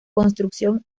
construcción